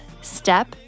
step